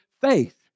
faith